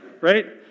right